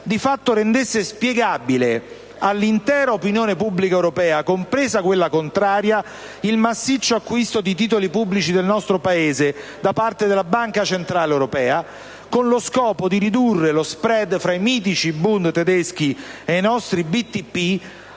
di fatto rendesse spiegabile all'intera opinione pubblica europea, compresa quella contraria, il massiccio acquisto di titoli pubblici del nostro Paese da parte della Banca centrale europea, con lo scopo di ridurre lo *spread* fra i mitici *Bund* tedeschi e i nostri BTP,